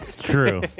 True